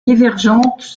divergentes